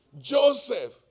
Joseph